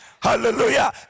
Hallelujah